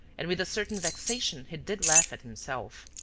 and with a certain vexation he did laugh at himself.